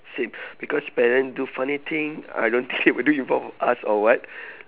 same because parent do funny thing I don't think they will do in front of us or what